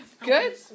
Good